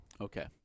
Okay